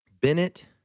Bennett